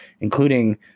including